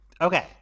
Okay